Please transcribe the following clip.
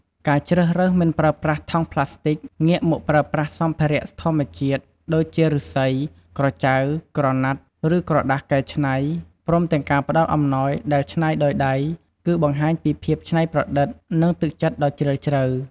ការជ្រើសរើសមិនប្រើប្រាស់ថង់ប្លាស្ទិក ងាកមកប្រើប្រាស់សម្ភារៈធម្មជាតិ ដូចជាឫស្សី ក្រចៅ ក្រណាត់ ឬក្រដាសកែច្នៃ ព្រមទាំងការផ្តល់អំណោយដែលច្នៃដោយដៃ គឺបង្ហាញពីភាពច្នៃប្រឌិត និងទឹកចិត្តដ៏ជ្រាលជ្រៅ។